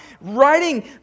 writing